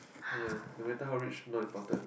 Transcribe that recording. oh ya no matter how rich not important